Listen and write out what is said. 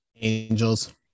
Angels